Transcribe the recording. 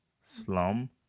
Slum